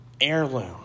heirloom